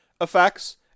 effects